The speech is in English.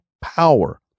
power